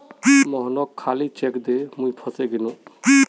मोहनके खाली चेक दे मुई फसे गेनू